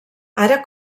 ara